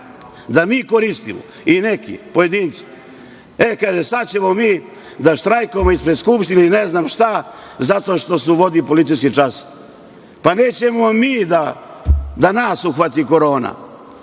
da mi koristimo i neki pojedinci kažu – sada ćemo mi da štrajkujemo ispred Skupštine i ne znam šta, zato što se uvodi policijski čas. Pa nećemo mi da nas uhvati Korona,